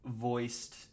voiced